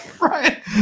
right